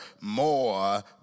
more